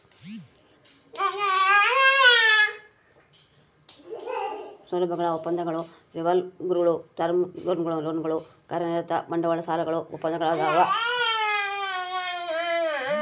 ಸೌಲಭ್ಯಗಳ ಒಪ್ಪಂದಗಳು ರಿವಾಲ್ವರ್ಗುಳು ಟರ್ಮ್ ಲೋನ್ಗಳು ಕಾರ್ಯನಿರತ ಬಂಡವಾಳ ಸಾಲಗಳು ಒಪ್ಪಂದಗಳದಾವ